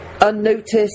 unnoticed